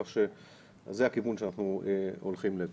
כך שזה הכיוון שאנחנו הולכים אליו.